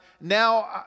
Now